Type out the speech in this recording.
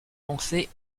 penser